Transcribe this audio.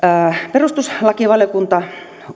perustuslakivaliokunta